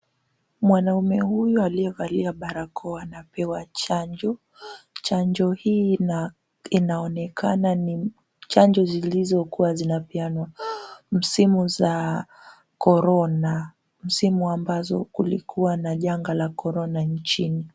Mwanaume huyu aliyevalia barakoa anapewa chanjo. Chanjo hii inaonekana ni chanjo zilizokuwa zinapeanwa msimu za korona, msimu ambazo kulikuwa na janga la korona nchini.